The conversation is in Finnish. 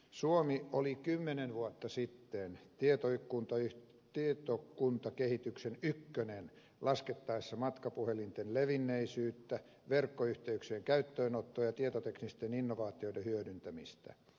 suomi oli kymmenen vuotta sitten tietoja kun toi tieto tietokuntakehityksen ykkönen laskettaessa matkapuhelinten levinneisyyttä verkkoyhteyksien käyttöönottoa ja tietoteknisten innovaatioiden hyödyntämistä